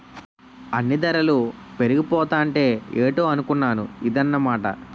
అన్నీ దరలు పెరిగిపోతాంటే ఏటో అనుకున్నాను ఇదన్నమాట